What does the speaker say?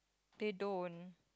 they don't